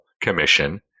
commission